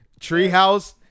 Treehouse